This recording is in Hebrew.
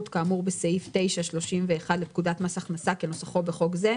כאמור בסעיף 9.31 לפקודת מס הכנסה כנוסחו בחוק זה,